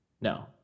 no